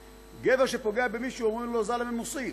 גבר שפוגע במישהו אומרים לו: זלמה מוס'יב.